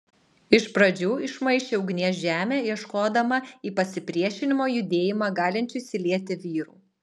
iš pradžių išmaišė ugnies žemę ieškodama į pasipriešinimo judėjimą galinčių įsilieti vyrų